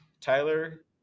Tyler